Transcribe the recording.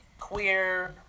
queer